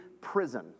prison